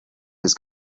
his